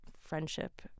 friendship